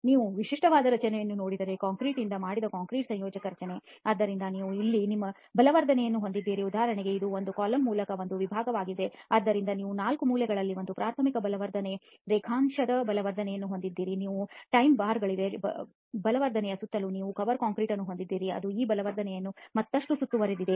ನೀವು ವಿಶಿಷ್ಟವಾದ ರಚನೆಯನ್ನು ನೋಡಿದರೆ ಕಾಂಕ್ರೀಟ್ ಇಂದ ಮಾಡಿದ ಕಾಂಕ್ರೀಟ್ ಸಂಕೋಚನ ರಚನೆ ಆದ್ದರಿಂದ ನೀವು ಇಲ್ಲಿ ನಿಮ್ಮ ಬಲವರ್ಧನೆಯನ್ನು ಹೊಂದಿದ್ದೀರಿ ಉದಾಹರಣೆಗೆ ಇದು ಒಂದು ಕಾಲಮ್ ಮೂಲಕ ಒಂದು ವಿಭಾಗವಾಗಿದೆ ಆದ್ದರಿಂದ ನೀವು ನಾಲ್ಕು ಮೂಲೆಗಳಲ್ಲಿ ನಿಮ್ಮ ಪ್ರಾಥಮಿಕ ಬಲವರ್ಧನೆಯ ರೇಖಾಂಶದ ಬಲವರ್ಧನೆಯನ್ನು ಹೊಂದಿದ್ದೀರಿ ನಿಮಗೆ ಟೈ ಬಾರ್ಗಳಿವೆ ಬಲವರ್ಧನೆಯ ಸುತ್ತಲೂ ನೀವು ಕವರ್ ಕಾಂಕ್ರೀಟ್ ಅನ್ನು ಹೊಂದಿದ್ದೀರಿ ಅದು ಈ ಬಲವರ್ಧನೆಯನ್ನು ಮತ್ತಷ್ಟು ಸುತ್ತುವರೆದಿದೆ